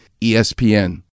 ESPN